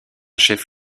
chef